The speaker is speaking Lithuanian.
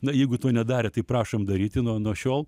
na jeigu to nedarėt tai prašom daryti nuo nuo šiol